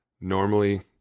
Normally